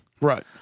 Right